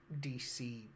DC